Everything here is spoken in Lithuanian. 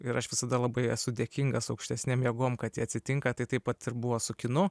ir aš visada labai esu dėkingas aukštesnėm jėgom kad atsitinka tai taip pat ir buvo su kinu